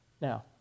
Now